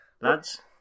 lads